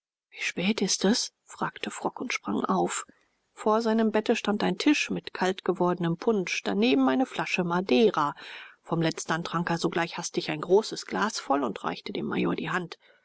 wie spät ist's fragte frock und sprang auf vor seinem bette stand ein tisch mit kalt gewordenem punsch daneben eine flasche madeira vom letztern trank er sogleich hastig ein großes glas voll und reichte dem major die hand